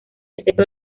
excepto